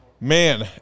Man